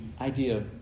idea